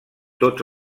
tots